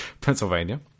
Pennsylvania